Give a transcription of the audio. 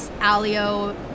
Alio